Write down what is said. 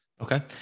Okay